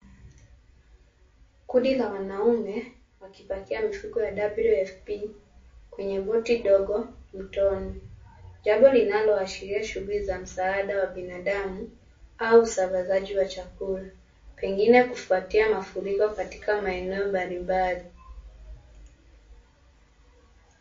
Kundi la wanaume wakipakia mifuko ya WFP kwenye boti ndogo mtoni. Jambo linaloashiria shughuli za msaada wa binadamu au usambazaji wa chakula, pengine kufuatia mafuriko katika maeneo mbali mbali.